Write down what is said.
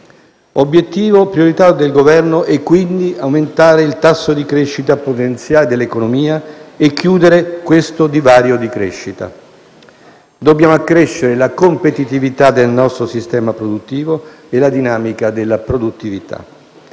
Obiettivo e priorità del Governo sono quindi aumentare il tasso di crescita potenziale dell'economia e chiudere il divario di crescita. Dobbiamo accrescere la competitività del nostro sistema produttivo e la dinamica della produttività.